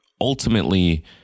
ultimately